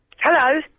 Hello